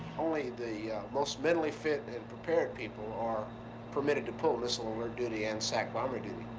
only the most mentally fit and and prepared people are permitted to pull missile alert duty and sac bomber duty.